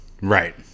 Right